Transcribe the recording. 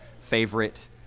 favorite